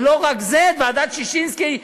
ולא רק זה: ועדת ששינסקי,